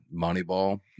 Moneyball